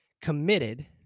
committed